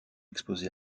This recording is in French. exposé